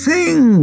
Sing